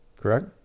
correct